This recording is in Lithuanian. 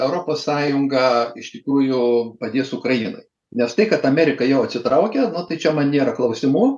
europos sąjunga iš tikrųjų padės ukrainai nes tai kad amerika jau atsitraukė nu tai čia man nėra klausimų